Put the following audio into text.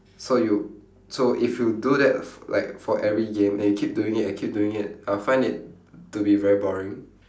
so you so if you do that f~ like for every game and you keep doing it and keep doing it I'll find it to be very boring